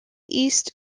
east